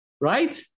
Right